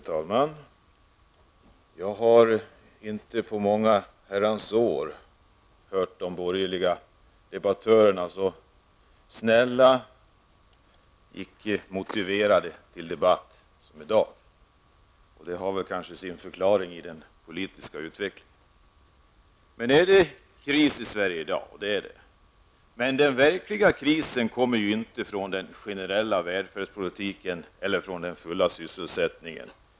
Herr talman! Jag har inte på många herrans år hört de borgerliga debattörerna så snälla och icke motiverade till debatt som i dag. Och det har väl kanske sin förklaring i den politiska utvecklingen. Det är kris i Sverige i dag. Men den verkliga krisen beror inte på den generella välfärdspolitiken eller på den fulla sysselsättningen.